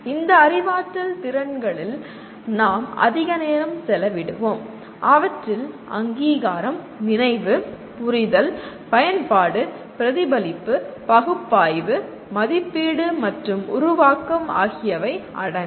இந்த அறிவாற்றல் திறன்களில் நாம் அதிக நேரம் செலவிடுவோம் அவற்றில் அங்கீகாரம் நினைவு புரிதல் பயன்பாடு பிரதிபலிப்பு பகுப்பாய்வு மதிப்பீடு மற்றும் உருவாக்கம் ஆகியவை அடங்கும்